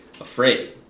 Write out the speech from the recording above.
afraid